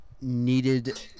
needed